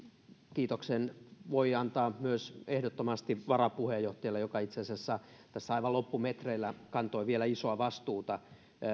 kiitoksen voi antaa ehdottomasti myös varapuheenjohtajalle joka itse asiassa tässä aivan loppumetreillä kantoi vielä isoa vastuuta